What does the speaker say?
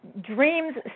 dreams